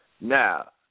Now